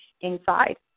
inside